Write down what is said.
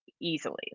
easily